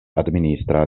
administra